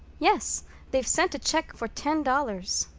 yes they've sent a check for ten dollars,